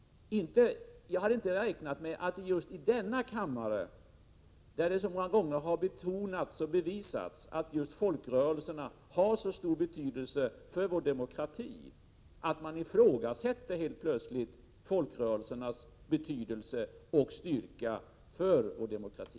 Jag hade inte räknat med att någon i just denna kammare, där det så många gånger har betonats och bevisats att folkrörelserna har så stor betydelse för vår demokrati, helt plötsligt ifrågasätter folkrörelsernas betydelse och styrka för vår demokrati.